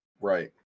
right